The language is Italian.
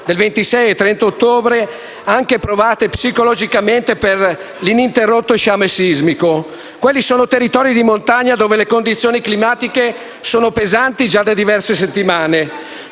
del 26 e 30 ottobre, anche provate psicologicamente dall'ininterrotto sciame sismico. Quelli sono territori di montagna dove le condizioni climatiche sono pesanti già da diverse settimane.